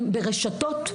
הם ברשתות.